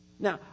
Now